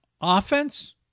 offense